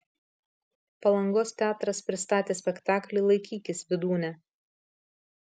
palangos teatras pristatė spektaklį laikykis vydūne